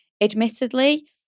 Admittedly